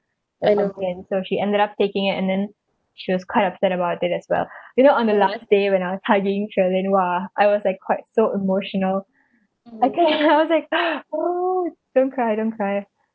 and complain so she ended up taking it and then she was quite upset about it as well you know on the last day when I was tidying shirlyn !wah! I was like quite so emotional I can't I was like oh don't cry don't cry